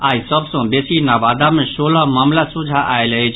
आइ सभ सॅ बेसी नवादा मे सोलह मामिला सोझा आयल अछि